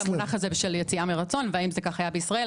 המונח הזה של יציאה מרצון והאם זה כך היה בישראל?